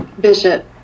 Bishop